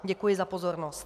Děkuji za pozornost.